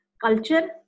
culture